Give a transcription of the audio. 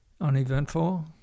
uneventful